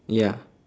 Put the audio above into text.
ya